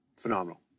Phenomenal